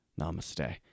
Namaste